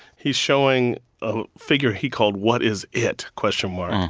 he's showing a figure he called, what is it? question mark.